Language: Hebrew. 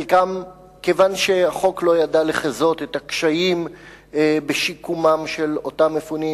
חלקם כיוון שהחוק לא ידע לחזות את הקשיים בשיקומם של אותם מפונים.